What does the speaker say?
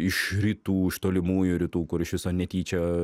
iš rytų iš tolimųjų rytų kur iš viso netyčia